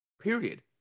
period